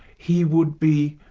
he would be